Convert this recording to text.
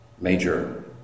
major